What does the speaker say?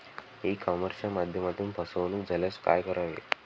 E कॉमर्सच्या माध्यमातून फसवणूक झाल्यास काय करावे?